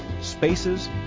spaces